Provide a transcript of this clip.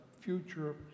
future